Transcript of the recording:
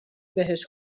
بهش